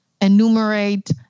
enumerate